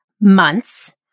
months